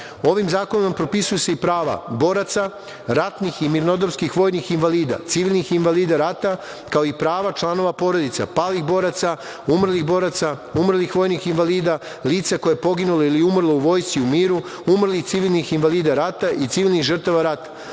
zakonom propisuju se i prava boraca, ratnih i mirnodopskih vojnih invalida, civilnih invalida rata kao i prava članova porodica palih boraca, umrlih boraca, umrlih vojnih invalida, lica koje poginulo ili umrlo u vojsci u miru, umrlih civilnih invalida rata i civilnih žrtava rata.